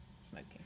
smoking